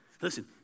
Listen